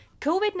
COVID